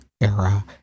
era